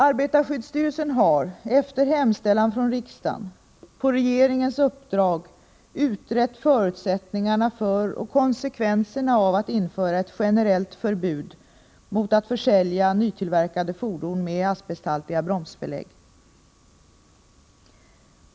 Arbetarskyddsstyrelsen har — efter hemställan från riksdagen — på regeringens uppdrag utrett förutsättningarna för och konsekvenserna av att införa ett generellt förbud mot att försälja nytillverkade fordon med asbesthaltiga bromsbelägg.